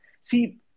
see